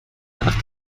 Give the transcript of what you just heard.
nach